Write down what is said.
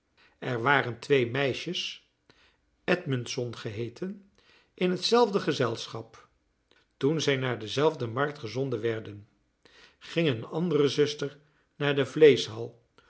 er waren twee meisjes edmundson geheeten in hetzelfde gezelschap toen zij naar dezelfde markt gezonden werden ging een andere zuster naar de vleeschhal